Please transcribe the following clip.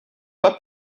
pas